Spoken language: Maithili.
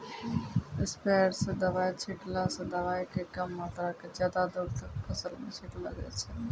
स्प्रेयर स दवाय छींटला स दवाय के कम मात्रा क ज्यादा दूर तक फसल मॅ छिटलो जाय छै